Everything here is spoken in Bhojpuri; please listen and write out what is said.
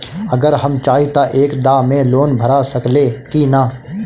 अगर हम चाहि त एक दा मे लोन भरा सकले की ना?